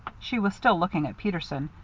she was still looking at peterson,